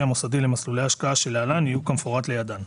מוסדי למסלולי ההשקעה שלהלן יהיו כמפורט לידן: